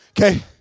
Okay